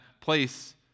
place